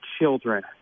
children